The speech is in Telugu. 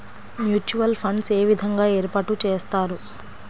మ్యూచువల్ ఫండ్స్ ఏ విధంగా ఏర్పాటు చేస్తారు?